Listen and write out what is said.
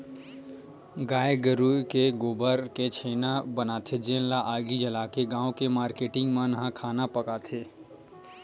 गाये गरूय के गोबर ले छेना बनाथे जेन ल आगी जलाके गाँव के मारकेटिंग मन ह खाना पकाथे